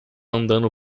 andando